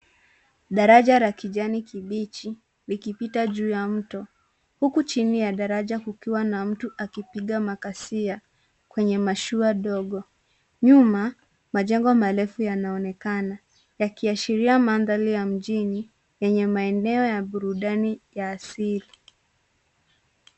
Daraja la kijani kibichi, likipita juu ya mto, huku chini ya daraja kukiwa na mtu akipiga makasia kwenye mashua ndogo. Nyuma, majengo marefu yanaonekana, yakiashiria mandhari ya majini, yenye maeneo ya burudani ya asili.